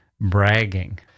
bragging